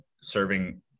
serving